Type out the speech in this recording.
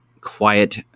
quiet